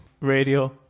Radio